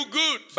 good